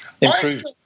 Improved